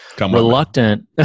reluctant